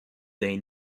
they